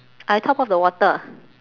I top up the water